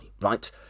right